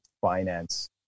finance